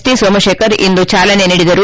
ಟಿಸೋಮಶೇಖರ್ ಇಂದು ಚಾಲನೆ ನೀಡಿದರು